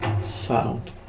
Sound